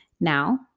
Now